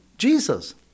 Jesus